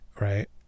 right